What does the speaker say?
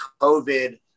COVID